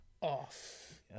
Off